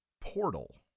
Portal